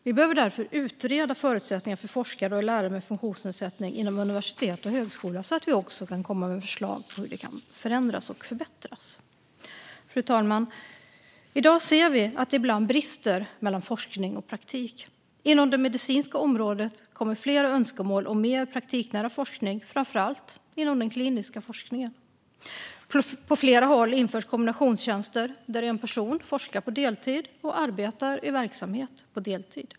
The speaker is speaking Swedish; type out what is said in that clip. Vi behöver därför utreda förutsättningarna för forskare och lärare med funktionsnedsättning inom universitet och högskola så att vi också kan komma med förslag på hur de kan förändras och förbättras. Fru talman! I dag ser vi att det ibland brister mellan forskning och praktik. Inom det medicinska området kommer flera önskemål om mer praktiknära forskning, framför allt inom den kliniska forskningen. På flera håll införs kombinationstjänster, där en person forskar på deltid och arbetar i verksamhet på deltid.